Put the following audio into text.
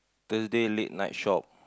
Thursday late night shop